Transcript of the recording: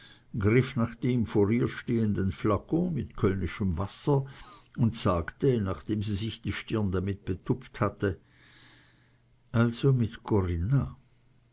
griff nach dem vor ihr stehenden flakon mit kölnischem wasser und sagte nachdem sie sich die stirn damit betupft hatte also mit corinna